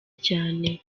cyane